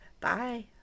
Bye